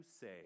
say